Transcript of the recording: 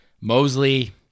Mosley